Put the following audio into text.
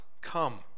come